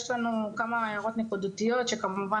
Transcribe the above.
יש לנו כמה הערות נקודתיות שכמובן